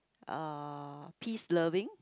uh peace loving